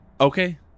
okay